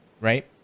Right